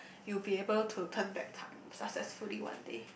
you be able to turn back successfully one day